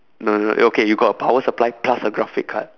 no no okay you got a power supply plus a graphic card